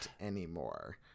anymore